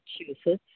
Massachusetts